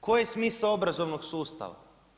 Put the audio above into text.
Koji je smisao obrazovnog sustava?